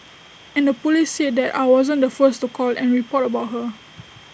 and the Police said that I wasn't the first to call and report about her